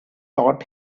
taught